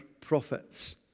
Prophets